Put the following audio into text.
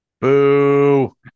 Boo